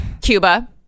Cuba